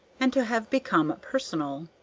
and to have become personal.